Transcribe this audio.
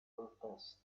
protest